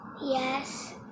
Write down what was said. Yes